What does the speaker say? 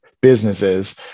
businesses